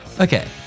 Okay